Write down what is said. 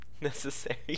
necessary